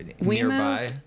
nearby